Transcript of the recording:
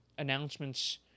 Announcements